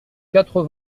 quatre